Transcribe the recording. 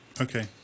Okay